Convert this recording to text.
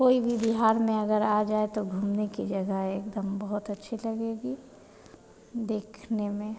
कोई भी बिहार में अगर आ जाए तो घूमने की जगह है एकदम बहुत अच्छी लगेगी देखने में